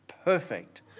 Perfect